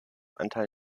anteil